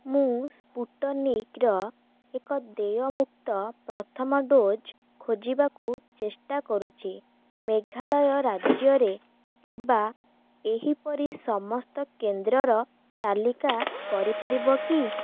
ମୁଁ ସ୍ପୁଟନିକ୍ର ଏକ ଦେୟମୁକ୍ତ ପ୍ରଥମ ଡୋଜ୍ ଖୋଜିବାକୁ ଚେଷ୍ଟା କରୁଛି ମେଘାଳୟ ରାଜ୍ୟରେ ଥିବା ଏହିପରି ସମସ୍ତ କେନ୍ଦ୍ରର ତାଲିକା କରିପାରିବ କି